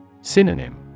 Synonym